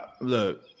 look